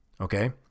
okay